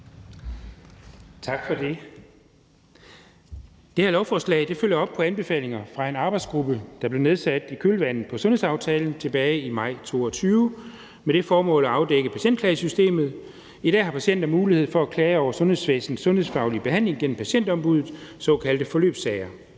Tak for det. Det her lovforslag følger op på anbefalinger fra en arbejdsgruppe, der blev nedsat i kølvandet på sundhedsaftalen tilbage i maj 2022 med det formål at afdække patientklagesystemet. I dag har patienter mulighed for at klage over sundhedsvæsenets sundhedsfaglige behandling gennem Patientombuddet, såkaldte forløbssager.